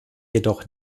jedoch